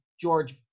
George